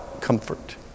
comfort